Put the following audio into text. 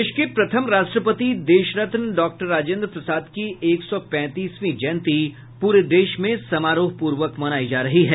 देश के प्रथम राष्ट्रपति देशरत्न डॉक्टर राजेंद्र प्रसाद की एक सौ पैंतीसवीं जयंती पूरे देश में समारोहपूर्वक मनायी जा रही है